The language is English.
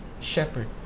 shepherd